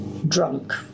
Drunk